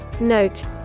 Note